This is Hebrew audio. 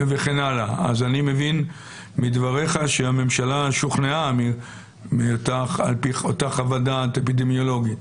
אני מבין מדבריך שהממשלה שוכנעה על פי אותה חוות דעת אפידמיולוגית.